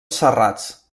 serrats